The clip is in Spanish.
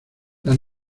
las